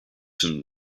him